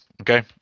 okay